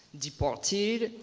deported,